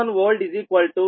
10కానీ X1new కూడా 0